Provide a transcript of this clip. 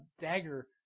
dagger